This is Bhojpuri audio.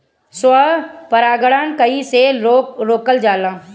स्व परागण कइसे रोकल जाला?